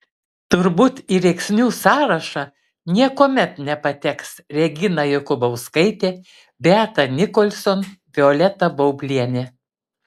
turbūt į rėksnių sąrašą niekuomet nepateks regina jokubauskaitė beata nicholson violeta baublienė